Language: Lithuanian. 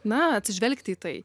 na atsižvelgti į tai